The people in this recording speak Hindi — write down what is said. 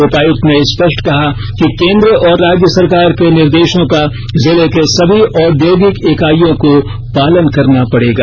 उपायुक्त ने स्पष्ट कहा कि केंद्र और राज्य सरकार के निर्देशों का जिले के सभी औद्योगिक इकाइयों को पालन करना पडेगा